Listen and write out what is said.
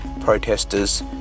Protesters